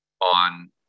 on